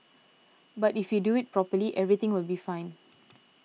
but if you do it properly everything will be fine